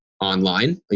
online